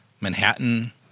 Manhattan